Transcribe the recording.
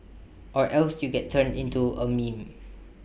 or else you get turned into A meme